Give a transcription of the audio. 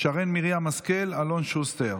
שרן מרים השכל ואלון שוסטר.